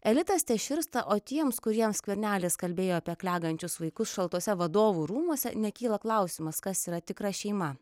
elitas teširsta o tiems kuriem skvernelis kalbėjo apie klegančius vaikus šaltuose vadovų rūmuose nekyla klausimas kas yra tikra šeima